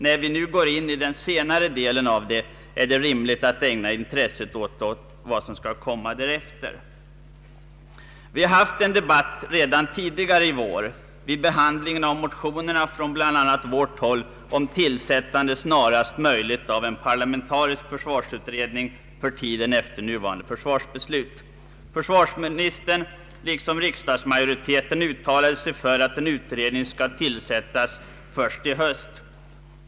När vi nu går in i den senare delen av det, är det rimligt att ägna intresset åt vad som skall komma därefter. Vi har redan tidigare i vår haft en debatt i denna fråga vid bebandlingen av motioner bl.a. från vårt håll om tillsättande snarast möjligt av en parlamentarisk försvarsutredning för tiden efter nuvarande försvarsbeslut. Riksdagsmajoriteten liksom försvarsministern uttalade sig för att en utredning skall tillsättas först i höst.